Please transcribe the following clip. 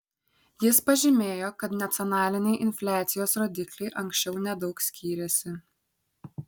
jis pažymėjo kad nacionaliniai infliacijos rodikliai anksčiau nedaug skyrėsi